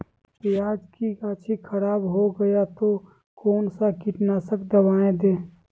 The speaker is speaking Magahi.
प्याज की गाछी खराब हो गया तो कौन सा कीटनाशक दवाएं दे?